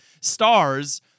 stars